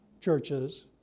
churches